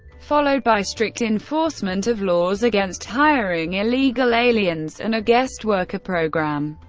followed by strict enforcement of laws against hiring illegal aliens, and a guest worker program.